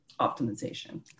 optimization